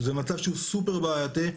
זה מצב שהוא סופר בעייתי,